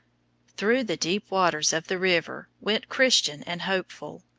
through the deep waters of the river went christian and hopeful.